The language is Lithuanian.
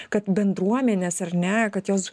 kad bendruomenės ar ne kad jos